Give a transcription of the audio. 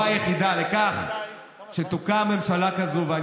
מפלגת ישראל ביתנו היא הערובה היחידה לכך שתוקם ממשלה כזאת.